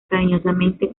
cariñosamente